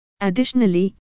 Additionally